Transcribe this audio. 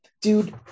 Dude